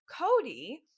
Cody